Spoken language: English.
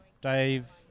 Dave